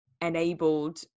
enabled